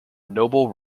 noble